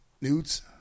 Nudes